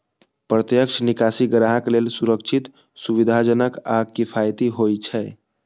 प्रत्यक्ष निकासी ग्राहक लेल सुरक्षित, सुविधाजनक आ किफायती होइ छै